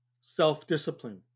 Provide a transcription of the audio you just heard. self-discipline